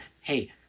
hey